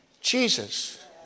Jesus